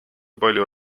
palju